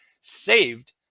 saved